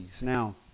Now